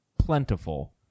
Plentiful